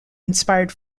inspired